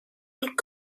und